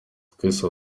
twese